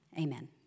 Amen